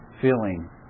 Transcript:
feeling